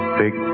big